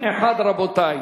לחלופין 1, רבותי.